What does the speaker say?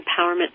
Empowerment